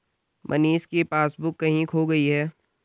मनीष की पासबुक कहीं खो गई है